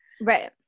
Right